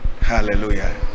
Hallelujah